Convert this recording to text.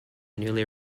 newly